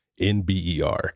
NBER